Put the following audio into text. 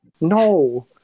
No